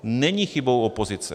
Není chybou opozice.